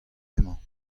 emañ